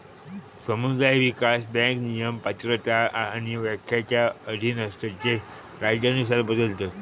समुदाय विकास बँक नियम, पात्रता आणि व्याख्येच्या अधीन असतत जे राज्यानुसार बदलतत